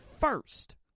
first